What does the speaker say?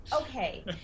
Okay